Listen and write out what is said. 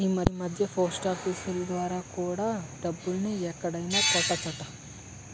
ఈమధ్య పోస్టాఫీసులు ద్వారా కూడా డబ్బుల్ని ఎక్కడైనా కట్టొచ్చట